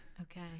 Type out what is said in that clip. Okay